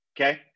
okay